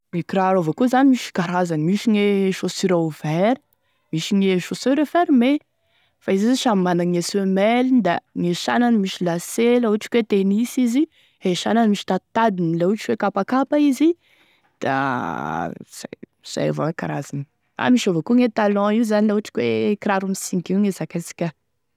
Gne kiraro avao koa zany misy e karazany misy e chaussure ouvert misy e chaussure fermée fa io zash samy managne semeliny da gne sanany misy lacet la ohatry koe tennis izy e sanany misy taditadiny la ohatry hoe kapakapa izy da izay izay avao e karazany ah misy avao koa e talon io zany laha ohatry ka hoe kiraro misingy io e zakaisika.